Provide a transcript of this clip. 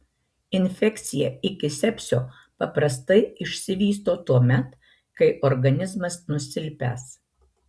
infekcija iki sepsio paprastai išsivysto tuomet kai organizmas nusilpęs